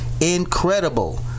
incredible